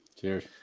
Cheers